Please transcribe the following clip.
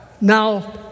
Now